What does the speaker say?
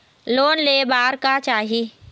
Loan ले बार का चाही?